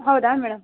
ಹೌದಾ ಮೇಡಮ್